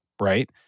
right